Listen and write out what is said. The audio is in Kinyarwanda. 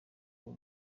abo